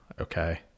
Okay